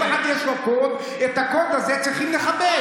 כל אחד יש לו קוד, את הקוד הזה צריכים לכבד.